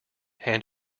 hand